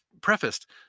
Prefaced